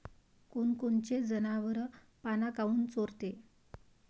कोनकोनचे जनावरं पाना काऊन चोरते?